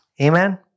Amen